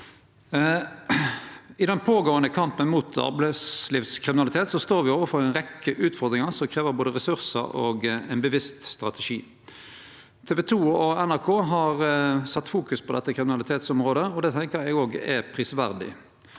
I den pågåande kampen mot arbeidslivskriminalitet står me overfor ei rekkje utfordringar som krev både ressursar og ein bevisst strategi. TV2 og NRK har sett fokus på dette kriminalitetsområdet, og det tenkjer eg òg er prisverdig.